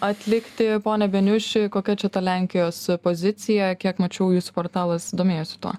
atlikti pone beniuši kokia čia ta lenkijos pozicija kiek mačiau jūsų portalas domėjosi tuo